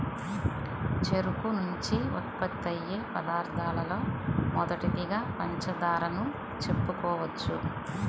చెరుకు నుంచి ఉత్పత్తయ్యే పదార్థాలలో మొదటిదిగా పంచదారను చెప్పుకోవచ్చు